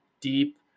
deep